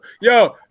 yo